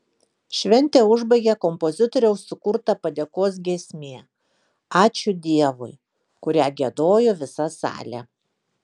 šventę užbaigė kompozitoriaus sukurta padėkos giesmė ačiū dievui kurią giedojo visa salė